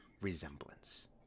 resemblance